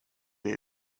det